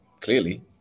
clearly